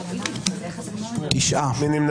מי נמנע?